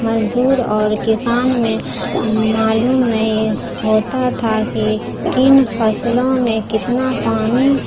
مزدور اور کسان میں معلوم نہیں ہوتا تھا کہ کن فصلوں میں کتنا پانی